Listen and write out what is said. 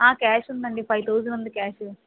cash ఉందండీ five thousand ఉంది cash